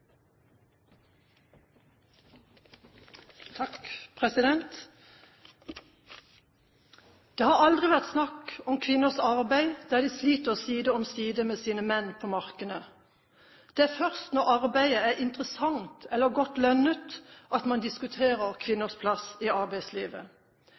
har aldri vært snakk om kvinners arbeid der de sliter side om side med sine menn på markene. Det er først når arbeidet er interessant eller lønnet, at man diskuterer